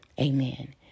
Amen